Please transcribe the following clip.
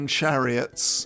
chariots